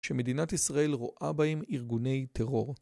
שמדינת ישראל רואה בהם ארגוני טרור.